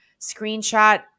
screenshot